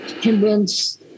convince